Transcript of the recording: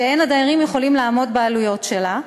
שאין הדיירים יכולים לעמוד בעלויות שלה,